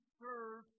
serve